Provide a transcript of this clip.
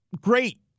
great